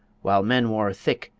while men wore thick,